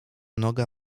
noga